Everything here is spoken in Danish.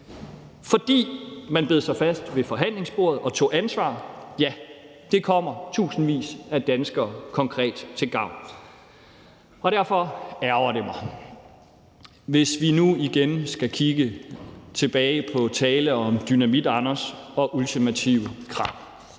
fordi man bed sig fast ved forhandlingsbordet og tog ansvar. Ja, det kommer tusindvis af danskere konkret til gavn. Derfor ærgrer det mig, hvis vi nu igen skal tilbage til at tale om Dynamitanders og ultimative krav.